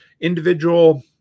individual